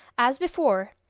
as before,